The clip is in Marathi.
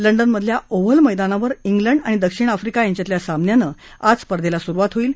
लंडनमधल्या ओव्हल मैदानावर इंग्लंड आणि दक्षिण आफ्रिका यांच्यातल्या सामन्यानं आज स्पर्धेला सुरुवात होईल